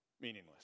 meaningless